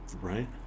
right